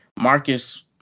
marcus